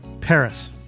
Paris